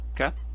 Okay